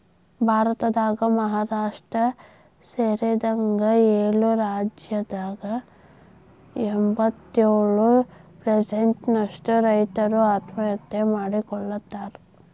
ಭಾರತದಾಗ ಮಹಾರಾಷ್ಟ್ರ ಸೇರಿದಂಗ ಏಳು ರಾಜ್ಯದಾಗ ಎಂಬತ್ತಯೊಳು ಪ್ರಸೆಂಟ್ ನಷ್ಟ ರೈತರು ಆತ್ಮಹತ್ಯೆ ಮಾಡ್ಕೋತಾರ